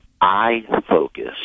I-focus